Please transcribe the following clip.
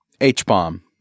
H-bomb